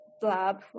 Blab